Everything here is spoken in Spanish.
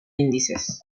índices